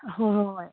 ꯍꯣꯏ ꯍꯣꯏ